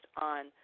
on